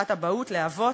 חופשת אבהות לאבות,